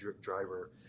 driver